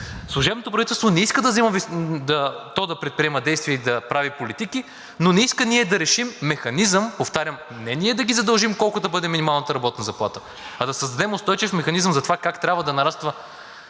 Служебното правителство не иска да предприема действия и да прави политики, но не иска ние да решим с механизъм, повтарям, не ние да ги задължим колко да бъде минималната работна заплата, а да създадем устойчив механизъм за това как трябва да нараства